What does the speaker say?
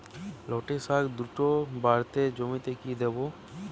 লটে শাখ দ্রুত বাড়াতে জমিতে কি দেবো?